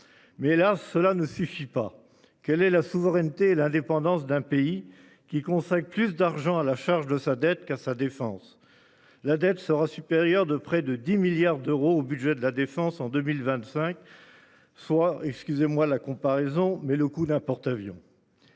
Mais là, cela ne suffit pas. Quelle est la souveraineté, l'indépendance d'un pays qui consacrent plus d'argent à la charge de sa dette qu'à sa défense. La dette sera supérieure de près de 10 milliards d'euros au budget de la défense en 2025. Soit. Et ce qui faisait